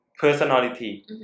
personality